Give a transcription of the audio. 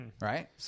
Right